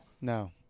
No